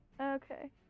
Okay